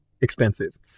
expensive